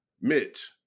Mitch